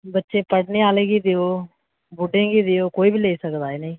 बच्चे पढ़ने आह्लें गी देओ बुड्डें गी देओ कोई बी लेई सकदा इ'नें ई